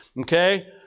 Okay